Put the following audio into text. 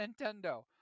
Nintendo